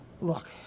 Look